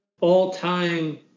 all-time